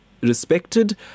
respected